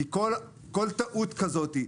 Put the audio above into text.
כי כל טעות כזאת,